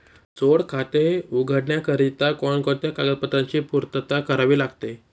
जोड खाते उघडण्याकरिता कोणकोणत्या कागदपत्रांची पूर्तता करावी लागते?